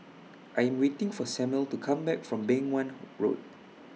I Am waiting For Samuel to Come Back from Beng Wan Road